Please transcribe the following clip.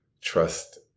trust